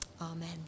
Amen